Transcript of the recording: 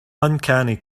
uncanny